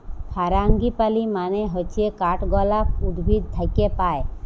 ফারাঙ্গিপালি মানে হচ্যে কাঠগলাপ উদ্ভিদ থাক্যে পায়